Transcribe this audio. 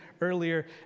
earlier